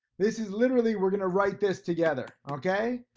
this is literally we're gonna write this together, okay.